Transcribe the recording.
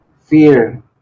fear